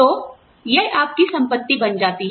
तो यह आपकी संपत्ति बन जाती है